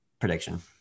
prediction